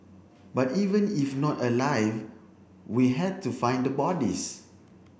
but even if not alive we had to find the bodies